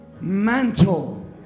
Mantle